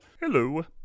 Hello